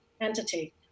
entity